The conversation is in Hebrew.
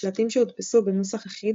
שלטים שהודפסו בנוסח אחיד